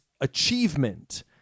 achievement